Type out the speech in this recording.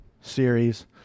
series